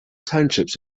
townships